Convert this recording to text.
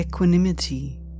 Equanimity